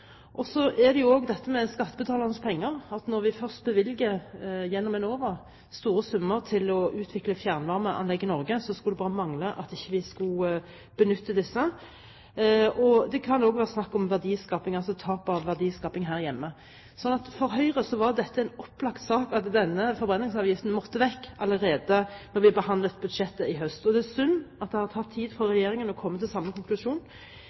Så er det dette med skattebetalernes penger. Når vi først gjennom Enova bevilger store summer til å utvikle fjernvarmeanlegg i Norge, skulle det bare mangle at vi ikke benyttet disse. Det kan også være snakk om tap av verdiskaping her hjemme. For Høyre var det en opplagt sak allerede da vi behandlet budsjettet i høst, at denne forbrenningsavgiften måtte vekk. Og det er synd at det har tatt tid for regjeringen å komme til samme konklusjon.